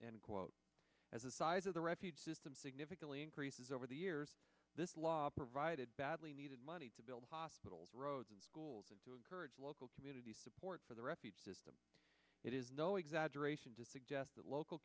and quote as the size of the refuge system significantly increases over the years this law provided badly needed money to build hospitals roads and schools and to encourage local community support for the refuge system it is no exaggeration to suggest that local